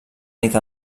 nit